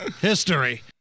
history